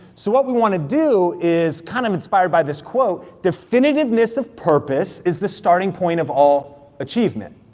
so what we wanna do is, kind of inspired by this quote, definitiveness of purpose is the starting point of all achievement.